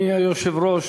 אדוני היושב-ראש,